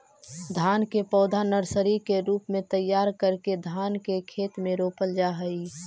धान के पौधा नर्सरी के रूप में तैयार करके धान के खेत में रोपल जा हइ